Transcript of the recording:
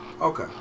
Okay